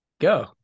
Go